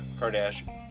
Kardashian